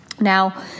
Now